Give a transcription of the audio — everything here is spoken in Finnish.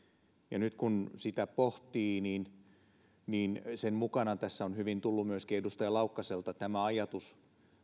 ja nyt kun sitä pohtii niin sen mukana tässä on hyvin tullut myöskin edustaja laukkaselta tämä ajatus